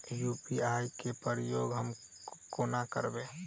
UPI केँ प्रयोग हम कोना करबे?